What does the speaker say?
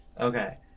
Okay